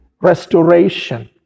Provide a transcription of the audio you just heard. restoration